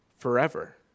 forever